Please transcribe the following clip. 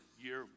year